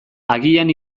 agian